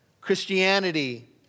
Christianity